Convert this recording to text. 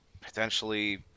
potentially